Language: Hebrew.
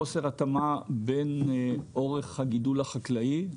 חוסר התאמה בין אורך הגידול החקלאי,